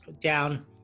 down